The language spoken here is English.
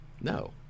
No